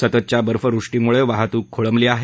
सततच्या बर्फवृष्टीमुळे वाहतुक खोळंबली आहे